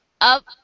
Up